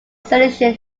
solution